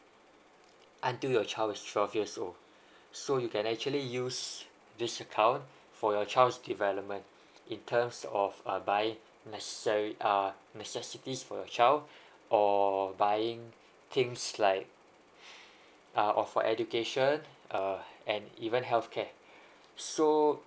until your child is twelve years old so you can actually use this account for your child's development in terms of buying necessary uh necessities for your child or buying things like uh of for education uh and even health care so